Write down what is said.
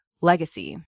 legacy